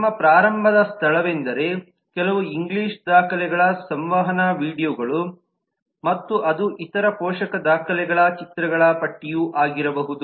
ನಮ್ಮ ಪ್ರಾರಂಭದ ಸ್ಥಳವೆಂದರೆ ಕೆಲವು ಇಂಗ್ಲಿಷ್ ದಾಖಲೆಗಳ ಸಂವಹನ ವೀಡಿಯೊಗಳು ಮತ್ತು ಅದು ಇತರ ಪೋಷಕ ದಾಖಲೆಗಳ ಚಿತ್ರಗಳ ಪಟ್ಟಿಯು ಆಗಿರಬಹುದು